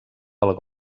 pel